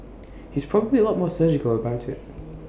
he's probably A lot more surgical about IT